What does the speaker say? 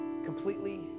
Completely